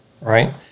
right